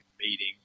meeting